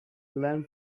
learn